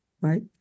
right